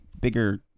bigger